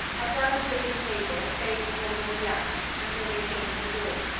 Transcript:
abdallah took his tabor and played before morgiana until they came to the door,